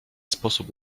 sposób